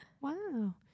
wow